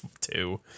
two